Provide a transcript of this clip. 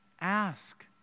ask